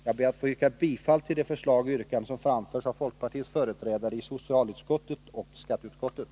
Jag ber att få yrka bifall till de förslag och yrkanden som framförts av folkpartiets företrädare i socialutskottet och skatteutskottet.